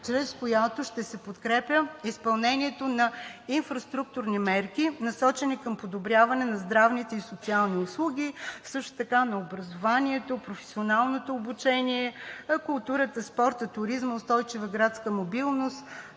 чрез която ще се подкрепя изпълнението на инфраструктурни мерки, насочени към подобряване на здравните и социалните услуги, също така на образованието, професионалното обучение, културата, спорта, туризма, устойчива градска мобилност,